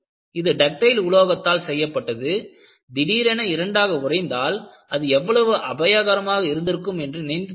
இது டக்டைல் உலோகத்தால் செய்யப்பட்டது திடீரென்று இரண்டாக உடைந்தால் அது எவ்வளவு அபாயகரமாக இருந்திருக்கும் என்று நினைத்துப் பாருங்கள்